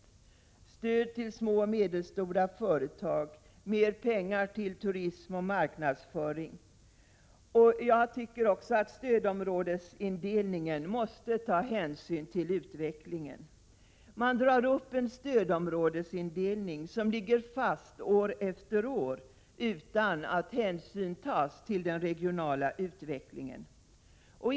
Vi har bl.a. föreslagit stöd till små och medelstora företag och mer pengar till turism och marknadsföring. Jag anser också att man vid stödområdesindelningen måste ta hänsyn till utvecklingen. Den stödområdesindelning som görs ligger fast år efter år utan att hänsyn tas till den regionala utvecklingen.